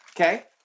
Okay